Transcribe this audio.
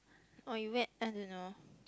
orh you wet I don't know